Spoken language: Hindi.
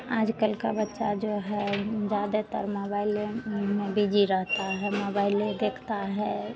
आज कल का बच्चा जो है ज़्यादातर मोबाइले में बिजी रहता है मोबाइले देखते हैं